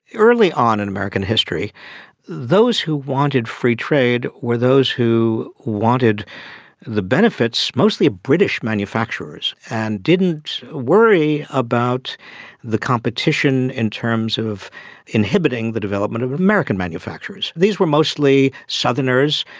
early on in american history those who wanted free trade were those who wanted the benefits, mostly british manufacturers, and didn't worry about the competition in terms of inhibiting the development of american manufacturers. these were mostly southerners,